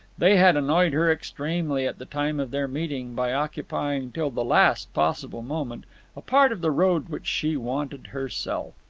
they had annoyed her extremely at the time of their meeting by occupying till the last possible moment a part of the road which she wanted herself.